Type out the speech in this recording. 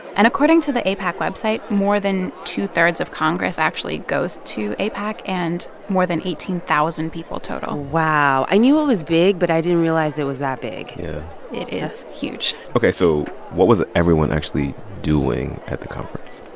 and according to the aipac website, more than two zero three of congress actually goes to aipac and more than eighteen thousand people total wow. i knew it was big, but i didn't realize it was that big yeah it is huge ok. so what was everyone actually doing at the conference?